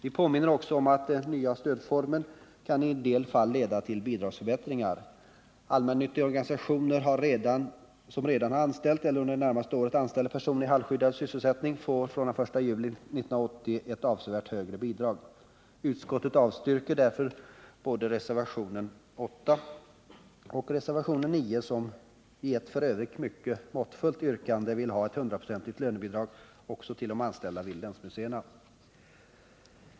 Vi påminner också om att den nya stödformen i en del fall kan leda till bidragsförbättringar. Allmännyttiga organisationer som redan har anställt eller under det närmaste året anställer personer i halvskyddad sysselsättning får från den 1 juli 1980 ett avsevärt högre bidrag. Utskottet avstyrker därför både reservationen 9 och reservationen 8, där det i ett f. ö. mycket måttfullt yrkande hemställs om ett 100-procentigt lönebidrag till de anställda vid länsmuseerna.